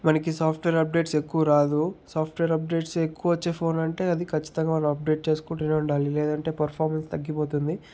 మనకి software updates ఎక్కువ రాదూ సాఫ్ట్వేర్ అబ్డేట్ ఎక్కువ వచ్చే ఫోన్ అంటే ఖచ్చితంగా అది వాళ్ళు అబ్డేట్ చేసుకుంటేనే ఉండాలి లేదంటే పర్ఫార్మన్స్ తగ్గిపోతుంది